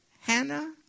Hannah